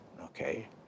okay